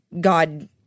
God